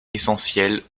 essentielles